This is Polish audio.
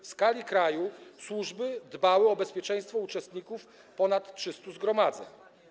W skali kraju służby dbały o bezpieczeństwo uczestników ponad 300 zgromadzeń.